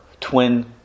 twin